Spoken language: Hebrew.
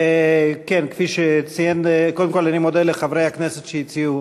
כן, קודם כול, אני מודה לחברי הכנסת שהציעו